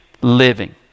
living